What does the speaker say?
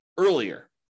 earlier